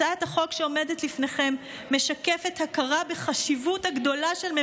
הצעת החוק שעומדת לפניכם משקפת הכרה בחשיבות הגדולה שרואה